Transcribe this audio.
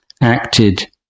acted